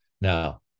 Now